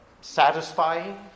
satisfying